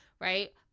right